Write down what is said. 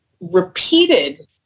repeated